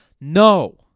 No